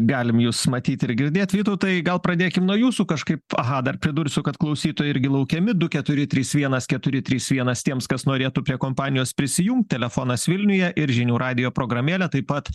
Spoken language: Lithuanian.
galim jus matyt ir girdėt vytautai gal pradėkim nuo jūsų kažkaip aha dar pridursiu kad klausytojai irgi laukiami du keturi trys vienas keturi trys vienas tiems kas norėtų prie kompanijos prisijungt telefonas vilniuje ir žinių radijo programėlė taip pat